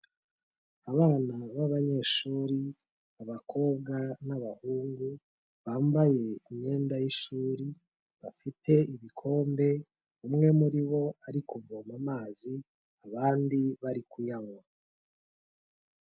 Abana b'abanyeshuri abakobwa n'abahungu, bambaye imyenda y'ishuri, bafite ibikombe, umwe muri bo ari kuvoma amazi, abandi bari kuyanywa.